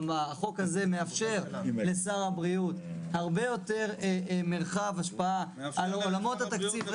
החוק הזה מאפשר לשר הבריאות הרבה יותר מרחב השפעה על עולמות התקציב.